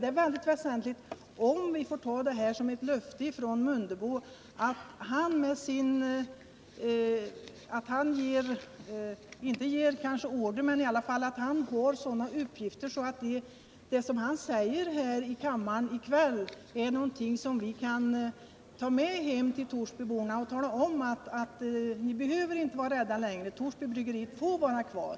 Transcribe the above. Det är väsentligt om vi får uppfatta det som Ingemar Mundebo sagt som ett löfte, att han har sådana uppgifter att vi kan fara hem till Torsbyborna och säga: Vi behöver inte vara rädda längre! Torsby bryggeri får vara kvar.